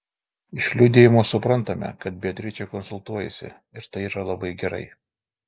iš liudijimo suprantame kad beatričė konsultuojasi ir tai yra labai gerai